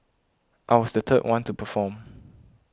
I was the third one to perform